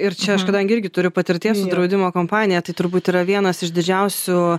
ir čia aš kadangi irgi turiu patirties su draudimo kompanija tai turbūt yra vienas iš didžiausių